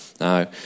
Now